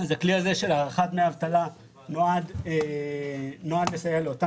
של הארכת דמי אבטלה נועד לסייע לאותן